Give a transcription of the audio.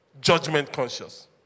judgment-conscious